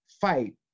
fight